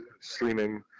streaming